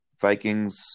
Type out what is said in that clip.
Vikings